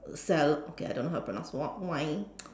cell~ okay I don't know how to pronounce w~ wine